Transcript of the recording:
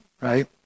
right